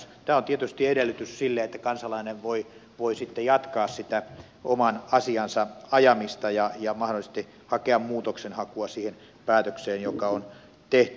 tämä on tietysti edellytys sille että kansalainen voi sitten jatkaa sitä oman asiansa ajamista ja mahdollisesti hakea muutosta siihen päätökseen joka on tehty